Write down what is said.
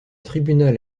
tribunal